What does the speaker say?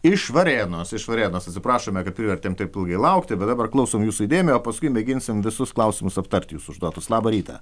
iš varėnos iš varėnos atsiprašome kad privertėme taip ilgai laukti bet dabar klausau jūsų įdėmiai o paskui mėginsim visus klausimus aptart jūsų užduotus labą rytą